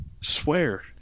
Swear